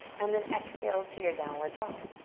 and then exhale to your downward dog.